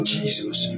Jesus